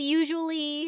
usually